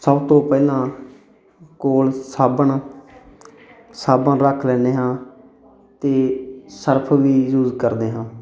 ਸਭ ਤੋਂ ਪਹਿਲਾਂ ਕੋਲ ਸਾਬਣ ਸਾਬਣ ਰੱਖ ਲੈਂਦੇ ਹਾਂ ਅਤੇ ਸਰਫ ਵੀ ਯੂਜ ਕਰਦੇ ਹਾਂ